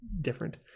different